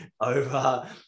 over